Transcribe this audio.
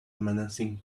menacing